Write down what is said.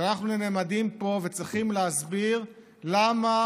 אנחנו נעמדים פה וצריכים להסביר למה